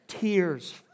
Tears